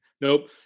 Nope